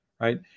right